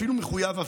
אפילו מחויב,